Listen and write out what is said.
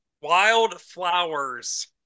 wildflowers